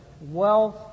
wealth